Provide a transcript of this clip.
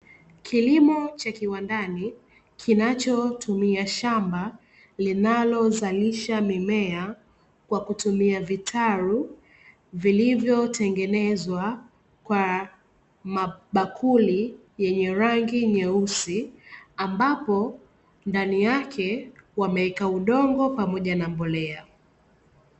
Kilimo cha kiwandani, kinacho tumia shamba linalo zalisha mimea kwa kutumia vitaru, vilivyo tengenezwa vitaru kwa mabakuli yenye rangi nyeusi ambapo ndani yake wameweka udongo pamoja na mbolea.